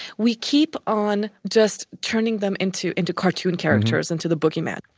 we keep on just turning them into into cartoon characters, into the bogeyman,